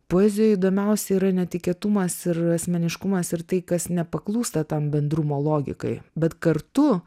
poezijoj įdomiausia yra netikėtumas ir asmeniškumas ir tai kas nepaklūsta tam bendrumo logikai bet kartu